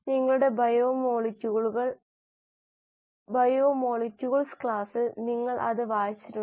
ചില ഓപ്പറേഷൻ മോഡുകളിൽ ബയോറിയാക്ടർ പ്രവർത്തിപ്പിക്കാൻ കഴിയുമെന്ന് നമ്മൾ പറഞ്ഞു